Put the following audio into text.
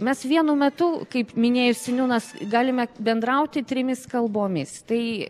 mes vienu metu kaip minėjo seniūnas galime bendrauti trimis kalbomis tai